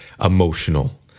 emotional